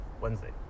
Wednesday